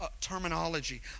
terminology